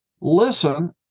listen